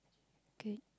good